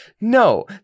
no